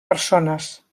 persones